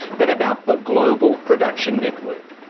but about the global production network.